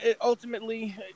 ultimately